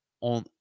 on